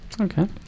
Okay